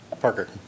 Parker